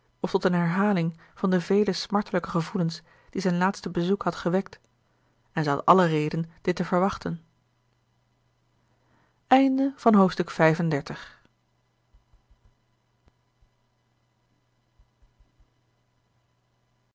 of tot eene herhaling van de vele smartelijke gevoelens die zijn laatste bezoek had gewekt en zij had alle reden dit te verwachten hoofdstuk